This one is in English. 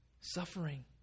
Suffering